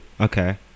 Okay